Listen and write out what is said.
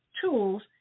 tools